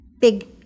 big